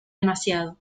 demasiado